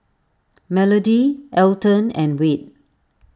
Melody Alton and Wade